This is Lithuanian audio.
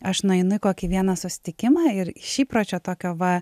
aš nueinu į kokį vieną susitikimą ir iš įpročio tokio va